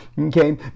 Okay